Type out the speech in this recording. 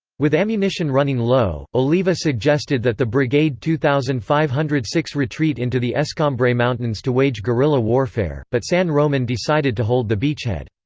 with ammunition running low, oliva suggested that the brigade two thousand five hundred and six retreat into the escambray mountains to wage guerilla warfare, but san roman decided to hold the beachhead.